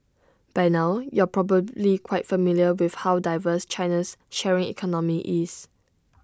by now you're probably quite familiar with how diverse China's sharing economy is